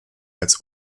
als